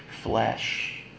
flesh